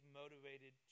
motivated